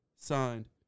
Signed